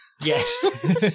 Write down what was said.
Yes